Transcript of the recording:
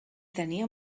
tenia